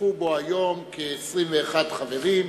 השתתפו בו היום 21 חברים,